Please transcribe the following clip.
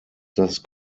das